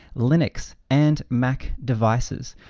linux, and mac devices.